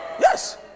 Yes